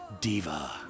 Diva